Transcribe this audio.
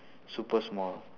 super small